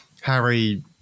Harry